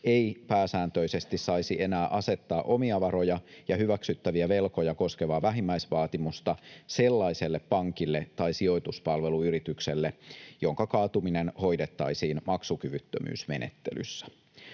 ei pääsääntöisesti saisi enää asettaa omia varoja ja hyväksyttäviä velkoja koskevaa vähimmäisvaatimusta sellaiselle pankille tai sijoituspalveluyritykselle, jonka kaatuminen hoidettaisiin maksukyvyttömyysmenettelyssä.